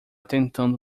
tentando